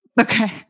Okay